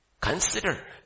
Consider